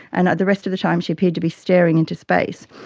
and the rest of the time she appeared to be staring into space.